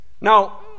Now